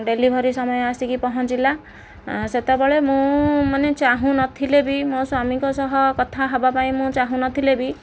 delivery ସମୟ ଆସିକି ପହଞ୍ଚିଲା ସେତେବେଳେ ମୁଁ ମାନେ ଚାହୁଁନଥିଲେ ବି ମୋ ସ୍ୱାମୀଙ୍କ ସହ କଥା ହେବା ପାଇଁ ମୁଁ ଚାହୁଁନଥିଲେ ବି